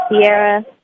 Sierra